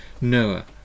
Noah